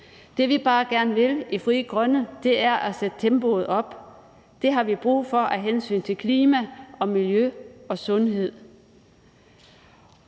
Det, vi bare gerne vil i Frie Grønne, er at sætte tempoet op. Det har vi brug for af hensyn til klima, miljø og sundhed.